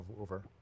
over